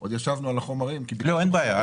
עוד ישבנו על החומרים --- אין בעיה.